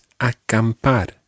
acampar